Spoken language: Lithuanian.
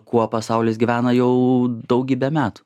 kuo pasaulis gyvena jau daugybę metų